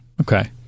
okay